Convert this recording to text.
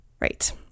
Right